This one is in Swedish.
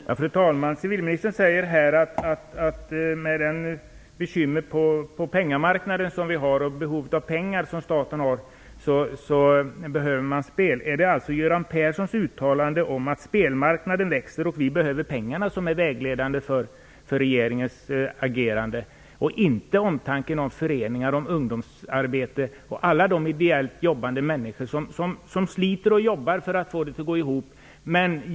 Fru talman! Civilministern säger att med de bekymmer som vi har på pengamarknaden och med det behov av pengar som staten har behövs det spel. Är det Göran Perssons uttalande om att spelmarknaden växer och att vi behöver pengarna som är vägledande för regeringens agerande och inte omtanken om föreningar, ungdomsarbete och alla de ideellt jobbande människor som sliter för att få det att gå ihop?